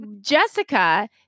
jessica